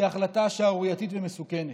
היא החלטה שערורייתית ומסוכנת.